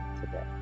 today